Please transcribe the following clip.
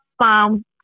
mom